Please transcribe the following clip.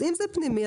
אם זה פנימי,